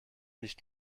nicht